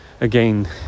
Again